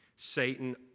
Satan